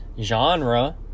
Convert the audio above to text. genre